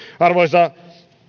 arvoisa